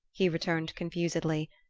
he returned confusedly,